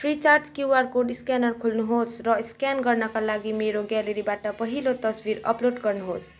Freecharge QR code scanner खोल्नुहोस् र scan गर्नाका लागि मेरो ग्यालेरीबाट पहिलो तस्विर अपलोड गर्नुहोस्